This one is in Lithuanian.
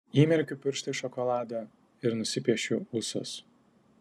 įmerkiu pirštą į šokoladą ir nusipiešiu ūsus